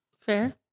Fair